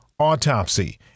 Autopsy